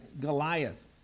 Goliath